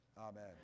amen